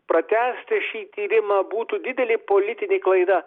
pratęsti šį tyrimą būtų didelė politinė klaida